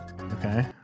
Okay